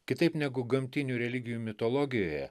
kitaip negu gamtinių religijų mitologijoje